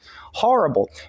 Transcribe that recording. horrible